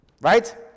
right